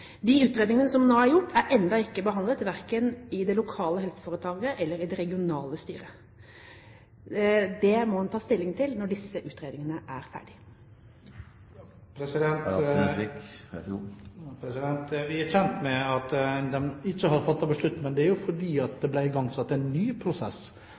De utredninger som nå er gjort, er ennå ikke behandlet, verken i det lokale helseforetaket eller i det regionale styret. Dette må en ta stilling til når utredningene er ferdige. Vi er kjent med at de ikke har fattet noen beslutning, men det er jo fordi det ble igangsatt en ny prosess.